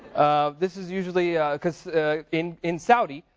this is usually because in in saudi,